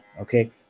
okay